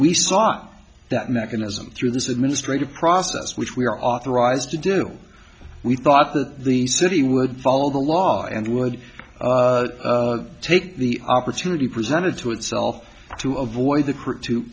we saw that mechanism through this administration process which we are authorized to do we thought that the city would follow the law and would take the opportunity presented to itself to avoid the